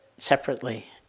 separately